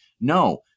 No